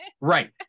right